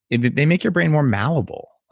and they make your brain more malleable.